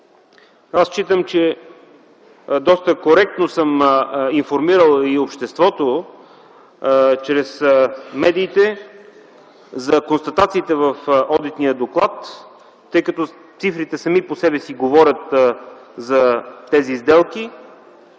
Аз считам, че доста коректно съм информирал и обществото чрез медиите за констатациите в одитния доклад, тъй като цифрите говорят сами по себе си за тези сделки